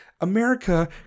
America